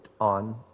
on